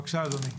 בבקשה, אדוני השר.